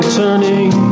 turning